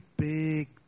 Big